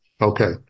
Okay